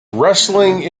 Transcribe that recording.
wrestling